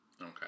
Okay